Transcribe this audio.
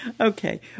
Okay